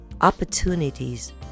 opportunities